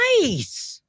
Nice